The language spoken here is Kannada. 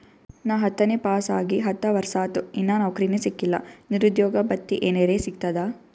ನಾ ಹತ್ತನೇ ಪಾಸ್ ಆಗಿ ಹತ್ತ ವರ್ಸಾತು, ಇನ್ನಾ ನೌಕ್ರಿನೆ ಸಿಕಿಲ್ಲ, ನಿರುದ್ಯೋಗ ಭತ್ತಿ ಎನೆರೆ ಸಿಗ್ತದಾ?